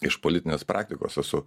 iš politinės praktikos esu